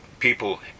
people